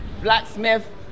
blacksmith